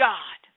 God